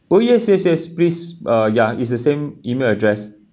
oh yes yes yes please uh ya it's a same E-mail address